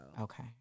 okay